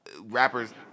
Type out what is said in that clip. rappers